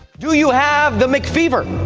do you have the mcphee-ver?